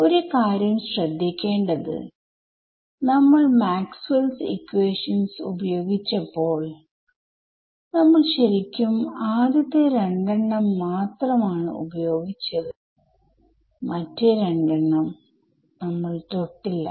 ഒരു കാര്യം ശ്രദ്ധിക്കേണ്ടത് നമ്മൾ മാക്സ്വെൽസ് ഇക്വേഷൻസ് maxwells equations ഉപയോഗിച്ചപ്പോൾ നമ്മൾ ശരിക്കും ആദ്യത്തെ രണ്ടെണ്ണം മാത്രം ആണ് ഉപയോഗിച്ചത്മറ്റേ രണ്ടെണ്ണം നമ്മൾ തൊട്ടില്ല